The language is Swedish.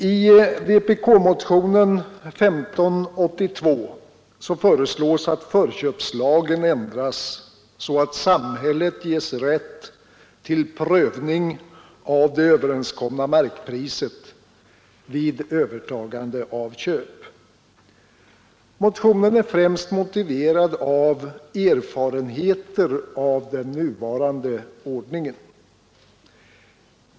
I vpk-motionen 1582 föreslås att förköpslagen ändras så, att samhället ges rätt till prövning av det överenskomna markpriset vid övertagande av köp. Motionen är främst motiverad av erfarenheter av den nuvarande ordningen.